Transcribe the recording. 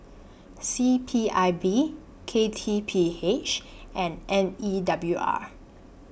C P I B K T P H and N E W R